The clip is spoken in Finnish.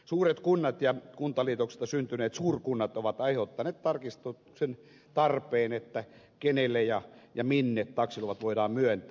suuret kunnat ja kuntaliitoksista syntyneet suurkunnat ovat aiheuttaneet tarkistuksen tarpeen kenelle ja minne taksiluvat voidaan myöntää